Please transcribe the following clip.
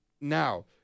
now